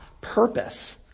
purpose